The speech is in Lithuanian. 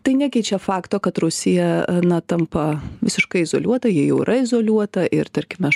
tai nekeičia fakto kad rusija na tampa visiškai izoliuota ji jau yra izoliuota ir tarkime aš